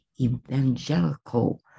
evangelical